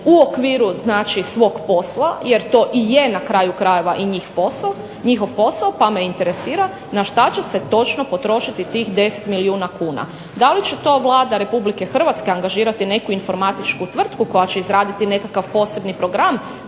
u okviru znači svog posla, jer to i je na kraju krajeva i njihov posao, pa me interesira na šta će se točno potrošiti tih 10 milijuna kuna. Da li će to Vlada Republike Hrvatske angažirati neku informatičku tvrtku koja će izraditi nekakav posebni program